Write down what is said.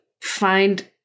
find